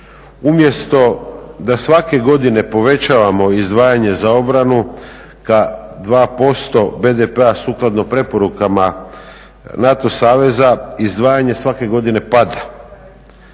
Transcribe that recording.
Umjesto da svake godine povećavamo izdvajanje za obranu ka 2% BDP-a sukladno preporukama NATO saveza izdvajanje svake godine pada.